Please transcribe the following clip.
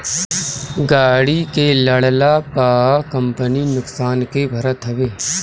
गाड़ी के लड़ला पअ कंपनी नुकसान के भरत हवे